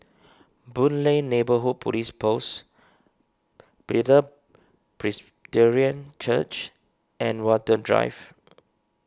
Boon Lay Neighbourhood Police Post Bethel Church and Watten Drive